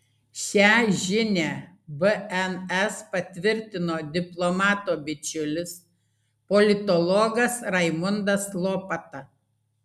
šią žinią bns patvirtino diplomato bičiulis politologas raimundas lopata